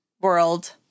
world